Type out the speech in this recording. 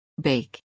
Bake